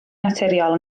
naturiol